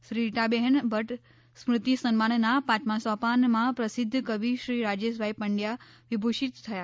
શ્રી રીટાબહેન ભદૃ સ્મૃતિ સન્માનનાં પાંચમાં સોપાનમાં પ્રસિદ્ધ કવિ શ્રી રાજેશભાઈ પંડયા વિભૂષિત થયા